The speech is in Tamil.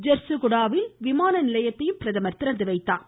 ஜெர்சுகுடாவில் விமான நிலையத்தை பிரதமர் திறந்து வைத்தார்